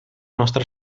nostra